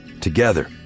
Together